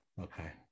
Okay